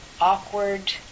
awkward